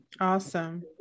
Awesome